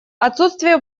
отсутствие